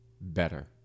Better